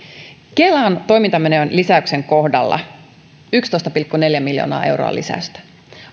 kelan toimintamenojen kohdalla on yksitoista pilkku neljä miljoonaa euroa lisäystä